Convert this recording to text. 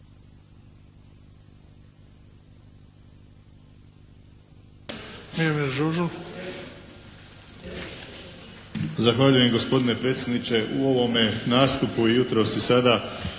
Zahvaljujem gospodine predsjedniče. U ovome nastupu jutros i sada